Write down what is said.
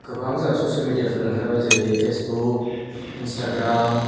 गोबां जोंहा ससियेल मिडियाफोर ओंखारबाय जेरै फेसबुक इन्सट्राग्राम